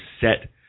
set